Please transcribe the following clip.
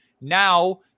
now